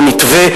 או מתווה,